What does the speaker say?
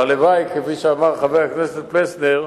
והלוואי, כפי שאמר חבר הכנסת פלסנר,